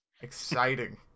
Exciting